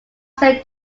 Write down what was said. say